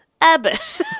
Abbott